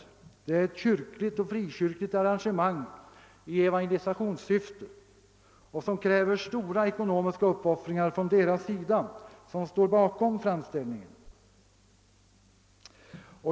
Här är det ett kyrkligt och frikyrkligt arrangemang i evangelisationssyfte, en sak som kräver stora ekonomiska uppoffringar av dem som står bakom framställningen.